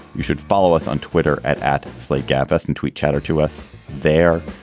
you should follow us on twitter at at slate gaffe s and tweet chatter to us there.